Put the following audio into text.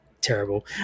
terrible